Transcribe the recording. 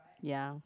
ya